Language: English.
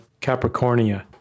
Capricornia